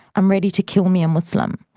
i'm ready to kill me a muslim.